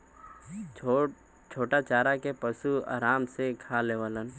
छोटा चारा के पशु आराम से खा लेवलन